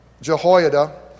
Jehoiada